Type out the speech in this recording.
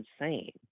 insane